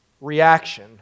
reaction